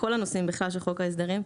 וכל הנושאים בכלל של חוק ההסדרים,